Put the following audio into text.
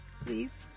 Please